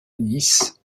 nice